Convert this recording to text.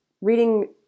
reading